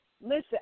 listen